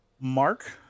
Mark